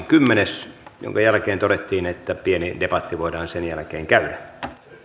kymmenes ja todettiin että pieni debatti voidaan sen jälkeen käydä